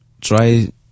try